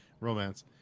romance